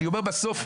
משרד הפנים,